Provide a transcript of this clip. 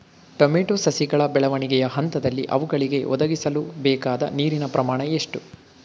Tomato ಸಸಿಗಳ ಬೆಳವಣಿಗೆಯ ಹಂತದಲ್ಲಿ ಅವುಗಳಿಗೆ ಒದಗಿಸಲುಬೇಕಾದ ನೀರಿನ ಪ್ರಮಾಣ ಎಷ್ಟು?